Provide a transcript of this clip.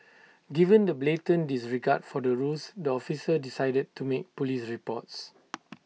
given the blatant disregard for the rules the officer decided to make Police reports